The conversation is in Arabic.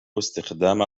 استخدام